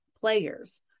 players